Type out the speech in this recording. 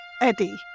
Eddie